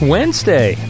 Wednesday